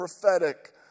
prophetic